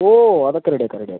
ഓ അത് ഒക്കെ റെഡി ആക്കാം റെഡി ആക്കാം